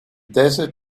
desert